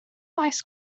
maes